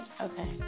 okay